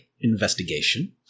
investigation